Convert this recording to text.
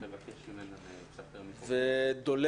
בבקשה.